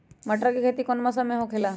मटर के खेती कौन मौसम में होखेला?